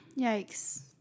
Yikes